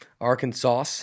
Arkansas